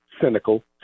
cynical